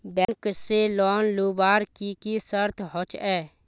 Bank से loan लुबार की की शर्त होचए?